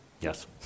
yes